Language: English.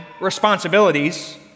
responsibilities